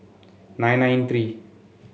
nine nine three